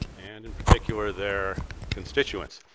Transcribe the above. and in particular, their constituents.